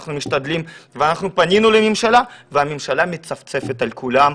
אנחנו משתדלים ואנחנו פנינו לממשלה והממשלה מצפצפת על כולם,